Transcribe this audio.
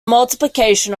multiplication